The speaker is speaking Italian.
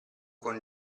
con